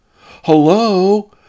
Hello